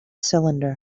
cylinder